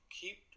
keep